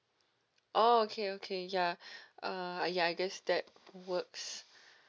oh okay okay ya uh ya I guess that works